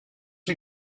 you